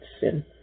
sin